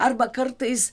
arba kartais